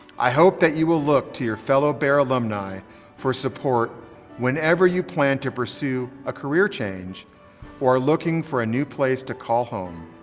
i hope that you will look to your fellow bear alumni for support whenever you plan to pursue a career change or are looking for a new place to call home.